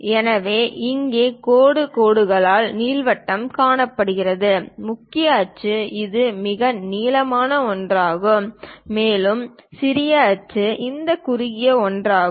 எனவே இங்கே கோடு கோடுகளால் நீள்வட்டம் காட்டப்படுகிறது முக்கிய அச்சு இது மிக நீளமான ஒன்றாகும் மேலும் சிறிய அச்சு இந்த குறுகிய ஒன்றாகும்